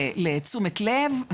לתשומת לב.